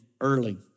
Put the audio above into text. early